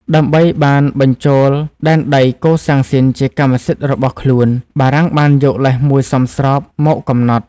ដើម្បីបានបញ្ចូលដែនដីកូសាំងស៊ីនជាកម្មសិទ្ធិរបស់ខ្លួន បារាំងបានយកលេសមួយសមស្របមកកំណត់។